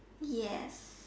yes